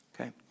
okay